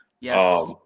Yes